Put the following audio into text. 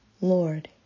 Lord